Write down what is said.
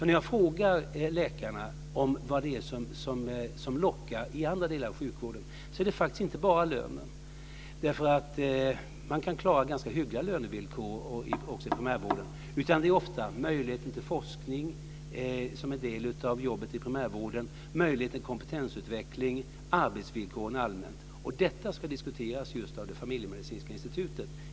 När jag frågar läkarna om vad det är som lockar i andra delar av sjukvården, är svaret faktiskt inte bara lönen. Man kan klara ganska hyggliga lönevillkor också i primärvården. Det handlar ofta om möjligheten till forskning som en del av jobbet i primärvården, möjligheten till kompetensutveckling och arbetsvillkoren allmänt. Detta ska diskuteras av det familjemedicinska institutet.